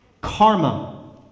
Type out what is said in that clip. Karma